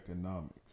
economics